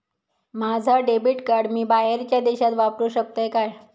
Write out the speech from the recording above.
माझा debit card मी बाहेरच्या देशात वापरू शकतय काय?